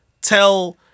tell